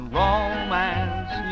romance